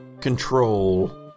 control